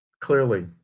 clearly